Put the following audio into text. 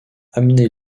amenez